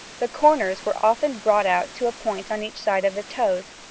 the corners were often brought out to a point on each side of the toes,